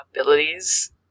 abilities